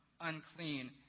unclean